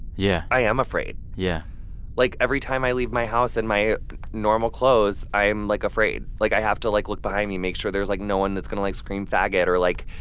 yeah i am afraid yeah like, every time i leave my house in my normal clothes, i am, like, afraid. like, i have to, like, look behind me and make sure there's, like, no one that's going to, like, scream faggot or, like,